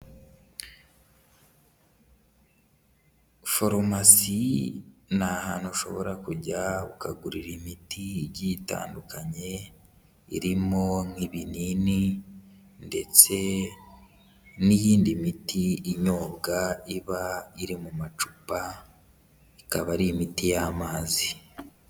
Forumasi ni ahantu ushobora kujya ukagurira imiti igiye itandukanye irimo nk'ibinini ndetse n'iyindi miti inyobwa iba iri mu macupa, ikaba ari imiti y'amazi.